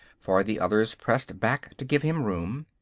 for the others pressed back to give him room.